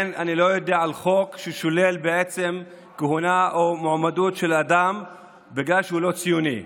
ואני לא יודע על חוק ששולל כהונה או מועמדות של אדם בגלל שהוא לא ציוני.